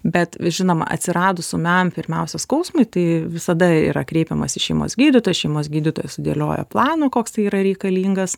bet žinoma atsiradus ūmiam pirmiausia skausmui tai visada yra kreipiamasi į šeimos gydytoją šeimos gydytojas sudėlioja planą koks tai yra reikalingas